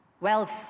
wealth